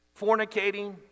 fornicating